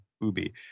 Ubi